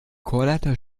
chorleiter